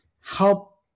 help